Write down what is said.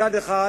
מצד אחד,